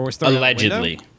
Allegedly